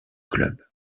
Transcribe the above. club